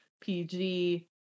PG